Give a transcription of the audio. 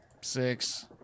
six